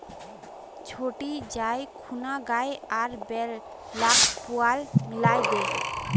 छोटी जाइ खूना गाय आर बैल लाक पुआल मिलइ दे